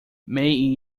may